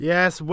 Yes